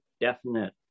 definite